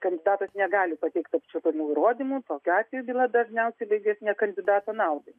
kandidatas negali pateikti apčiuopiamų įrodymų tokiu atveju byla dažniausiai baigiasi ne kandidato naudai